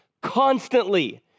constantly